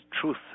truth